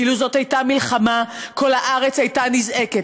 אילו זו הייתה מלחמה, כל הארץ הייתה נזעקת.